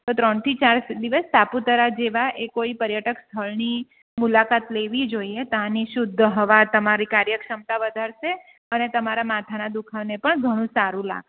તો ત્રણથી ચાર દિવસ સાપુતારા જેવાં એ કોઈ પર્યટક સ્થળની મુલાકાત લેવી જોઈએ ત્યાંની શુદ્ધ હવા તમારી કાર્યક્ષમતા વધારશે અને તમારા માથાના દુઃખાવા ને પણ ઘણું સારું લાગશે